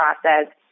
process